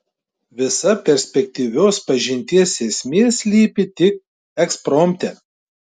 visa perspektyvios pažinties esmė slypi tik ekspromte